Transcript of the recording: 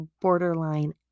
borderline